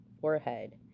forehead